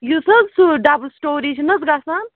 یُس حَظ سُہ ڈَبُل سِٹوری چھِ نہَ حَظ گَژھان